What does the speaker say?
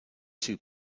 two